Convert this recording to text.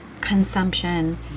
consumption